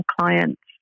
clients